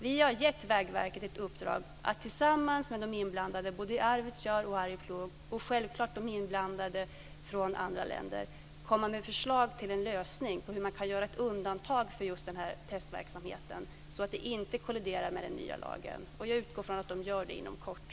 Vi har gett Vägverket ett uppdrag att tillsammans med de inblandade i både Arvidsjaur och Arjeplog, och självklart inblandade från andra länder, komma med förslag till en lösning för att göra ett undantag för denna testverksamhet så att den inte kolliderar med den nya lagen. Jag utgår från att de gör det inom kort.